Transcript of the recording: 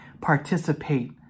Participate